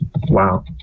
Wow